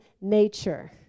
nature